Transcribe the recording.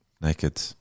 Naked